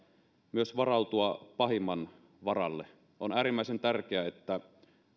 myös varautua pahimman varalle on äärimmäisen tärkeää että